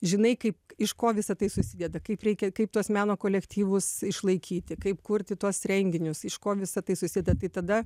žinai kaip iš ko visa tai susideda kaip reikia kaip tuos meno kolektyvus išlaikyti kaip kurti tuos renginius iš ko visa tai susideda tai tada